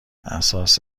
اساس